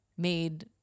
Made